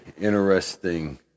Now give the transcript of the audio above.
interesting